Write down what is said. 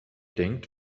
denkt